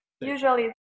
usually